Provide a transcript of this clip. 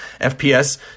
FPS